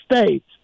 states